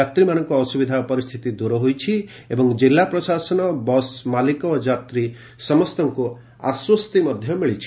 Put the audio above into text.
ଯାତ୍ରୀମାନଙ୍କ ଅସୁବିଧା ପରିସ୍ଚିତି ଦୂର ହୋଇଛି ଏବଂ ଜିଲ୍ଲା ପ୍ରଶାସନ ବସ ମାଲିକ ଓ ଯାତ୍ରୀ ସମସ୍ତଙ୍କୁ ଆଶ୍ୱସ୍ତି ମିଳିଛି